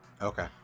Okay